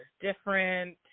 different